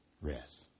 rest